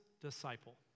disciple